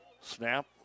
Snap